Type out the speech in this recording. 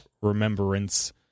remembrance